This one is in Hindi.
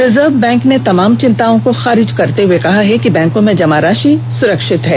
रिजर्व बैंक ने तमाम चिंताओं को खारिज करते हुए कहा कि बैंको में जमा राशि सुरक्षित है